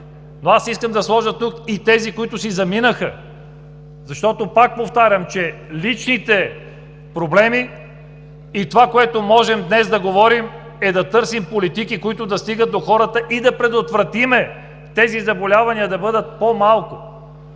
но искам да сложа тук и тези, които си заминаха. Пак повтарям – личните проблеми. Това, което можем днес да говорим, е да търсим политики, които да стигат до хората, и да предотвратим, тези заболявания да бъдат по-малко!